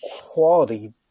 quality